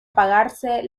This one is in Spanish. pagarse